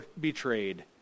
betrayed